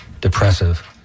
depressive